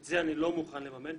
את זה אני לא מוכן לממן,